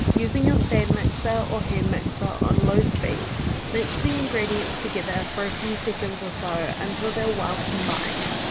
using your stand mixer or hand mixer on low speed mix the ingredients together for few seconds or so or until they're well combined.